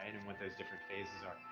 and and what those different phases are.